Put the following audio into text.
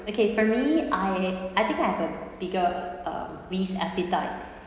okay for me I I think I have a bigger uh risk appetite